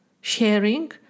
sharing